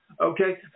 Okay